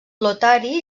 lotari